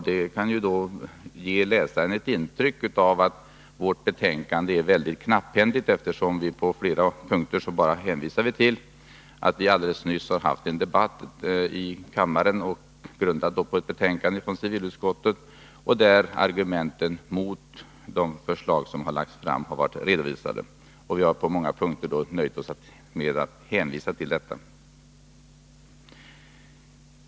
Det kan göra att läsaren får ett intryck av att vårt betänkande är mycket knapphändigt, eftersom vi på flera punkter bara hänvisar till att man i kammaren alldeles nyss har haft en debatt, grundad på ett betänkande från civilutskottet, där argumenten mot de förslag som har lagts fram har redovisats. Vi har på många punkter nöjt oss med att hänvisa till detta.